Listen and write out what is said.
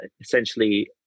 essentially